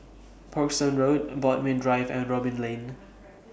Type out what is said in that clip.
Parkstone Road Bodmin Drive and Robin Lane